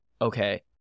okay